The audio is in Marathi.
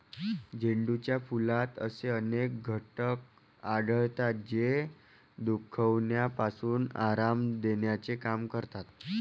झेंडूच्या फुलात असे अनेक घटक आढळतात, जे दुखण्यापासून आराम देण्याचे काम करतात